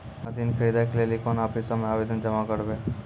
Machine खरीदै के लेली कोन आफिसों मे आवेदन जमा करवै?